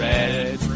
Red